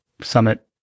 summit